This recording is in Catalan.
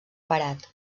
parat